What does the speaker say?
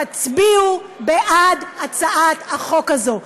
תצביעו בעד הצעת החוק הזאת,